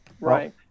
right